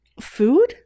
food